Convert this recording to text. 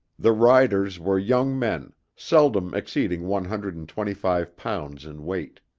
the riders were young men, seldom exceeding one hundred and twenty-five pounds in weight.